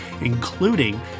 including